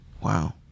Wow